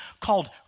called